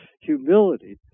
humility